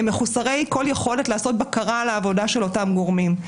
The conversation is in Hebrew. והם מחוסרי כל יכולת לעשות בקרה על העבודה של אותם גורמים.